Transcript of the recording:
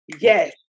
yes